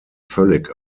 völlig